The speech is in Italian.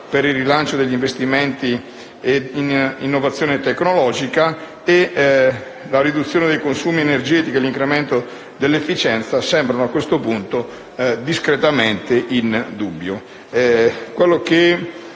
per il rilancio degli investimenti in innovazione tecnologica e la riduzione dei consumi energetici e l'incremento dell'efficienza ma sembrano a questo punto discretamente in dubbio.